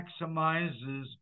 maximizes